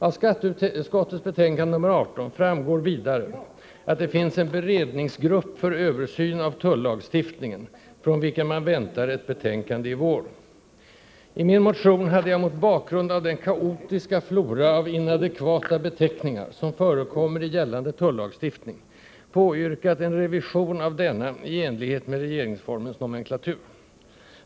Av skatteutskottets betänkande nr 18 framgår vidare att det finns en ”beredningsgrupp för översyn av tullagstiftningen”, från vilken man väntar ett betänkande i vår. I min motion hade jag mot bakgrund av den kaotiska flora av inadekvata beteckningar, som förekommer i gällande tullagstiftning, påyrkat en revision av denna i enlighet med regeringsformens nomenklatur.